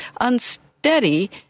unsteady